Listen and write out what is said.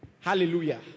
Hallelujah